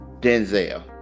Denzel